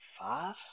five